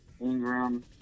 Ingram